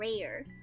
rare